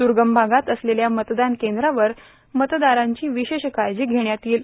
द्र्गम भागात असलेल्या मतदान केंद्रावर मतदारांची विशेष काळजी घेण्यात येईल